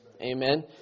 Amen